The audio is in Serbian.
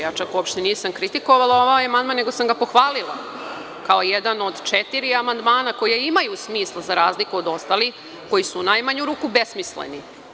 Ja čak uopšte nisam kritikovala ovaj amandman, nego sam ga pohvalila, kao jedan od četiri amandmana koja imaju smisla, za razliku od ostalih kojisu u najmanju ruku besmisleni.